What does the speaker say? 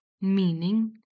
Meaning